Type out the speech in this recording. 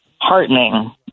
heartening